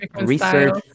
research